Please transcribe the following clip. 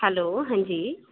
hello हां जी